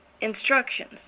instructions